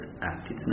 act